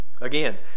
Again